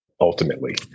Ultimately